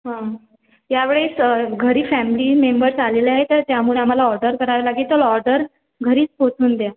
हा यावेळेस घरी फॅमिली मेंबर्स आलेले आहेत तर त्यामुळे आम्हाला ऑर्डर करावी लागेल तर ऑर्डर घरीच पोहोचून द्या